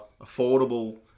affordable